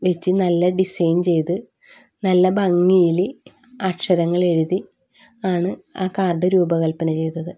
വെച്ച് നല്ല ഡിസൈൻ ചെയ്ത് നല്ല ഭംഗിയിൽ അക്ഷരങ്ങളെഴുതി ആണ് ആ കാർഡ് രൂപകൽപന ചെയ്തത്